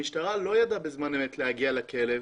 המשטרה לא ידעה בזמן אמת להגיע לכלב.